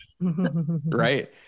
Right